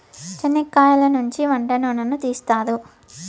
చనిక్కయలనుంచి వంట నూనెను తీస్తారు